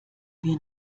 wir